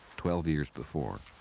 twelve years before.